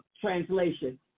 translation